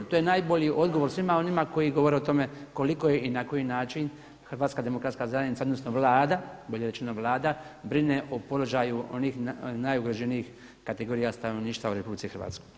To je najbolji odgovor svima onima koji govore o tome koliko je i na koji način Hrvatska demokratska zajednica odnosno Vlada, bolje rečeno Vlada brine o položaju onih najugroženijih kategorija stanovništva u Republici Hrvatskoj.